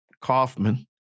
Kaufman